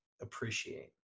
appreciate